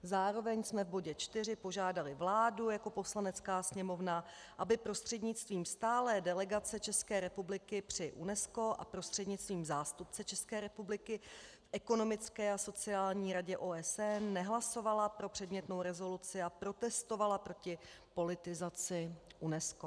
Zároveň jsme v bodě 4 požádali vládu jako Poslanecká sněmovna, aby prostřednictvím Stálé delegace České republiky při UNESCO a prostřednictvím zástupce České republiky v Ekonomické a sociální radě OSN nehlasovala pro předmětnou rezoluci a protestovala proti politizaci UNESCO.